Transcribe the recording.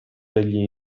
degli